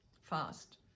fast